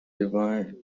divine